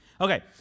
Okay